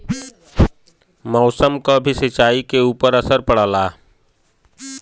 मौसम क भी सिंचाई के ऊपर असर पड़ला